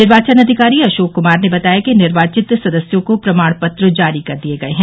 निर्वाचन अधिकारी अशोक कुमार ने बताया कि निर्वाचित सदस्यों को प्रमाण पत्र जारी कर दिये गये हैं